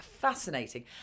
fascinating